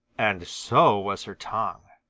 and so was her tongue.